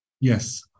Yes